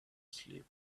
sleep